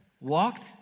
walked